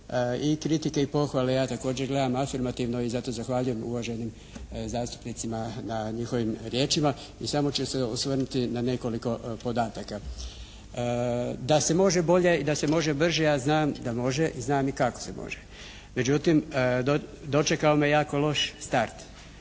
i kritike i pohvale ja također gledam afirmativno i zato zahvaljujem uvaženim zastupnicima na njihovim riječima. I samo ću se osvrnuti na nekoliko podataka. Da se može bolje i da se može brže ja znam da može, znam i kako se može. Međutim, dočekao me je jako loš start.